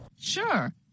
Sure